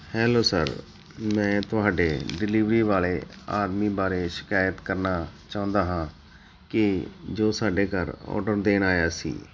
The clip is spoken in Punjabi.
ਹੈਲੋ ਸਰ ਮੈਂ ਤੁਹਾਡੇ ਡਿਲੀਵਰੀ ਵਾਲੇ ਆਦਮੀ ਬਾਰੇ ਸ਼ਿਕਾਇਤ ਕਰਨਾ ਚਾਹੁੰਦਾ ਹਾਂ ਕਿ ਜੋ ਸਾਡੇ ਘਰ ਔਡਰ ਦੇਣ ਆਇਆ ਸੀ